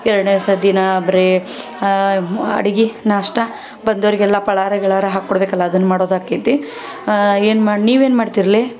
ಎರಡ್ನೇ ಸಹ ದಿನ ಬರೀ ಮ್ ಅಡ್ಗೆ ನಾಷ್ಟ ಬಂದವರಿಗೆಲ್ಲ ಫಲಾಹಾರ ಗಿಳಾರ ಹಾಕಿ ಕೊಡಬೇಕಲ್ಲ ಅದನ್ನ ಮಾಡೋದೆ ಆಗ್ತೈತಿ ಏನು ಮಾಡು ನೀವೇನು ಮಾಡ್ತಿರ್ಲೆ